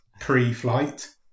pre-flight